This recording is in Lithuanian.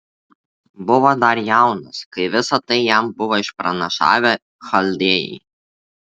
buvo dar jaunas kai visa tai jam buvo išpranašavę chaldėjai